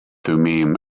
thummim